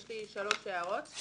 יש לי שלוש הערות: